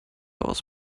aus